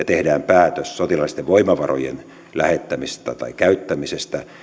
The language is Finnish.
tehdään päätös sotilaallisten voimavarojen lähettämisestä tai käyttämisestä